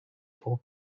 pour